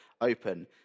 open